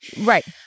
Right